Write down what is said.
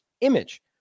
image